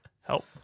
Help